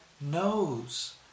knows